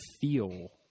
feel